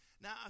Now